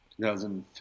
2015